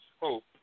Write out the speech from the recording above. hope